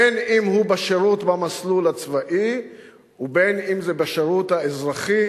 בין אם הוא בשירות במסלול הצבאי ובין אם זה בשירות האזרחי,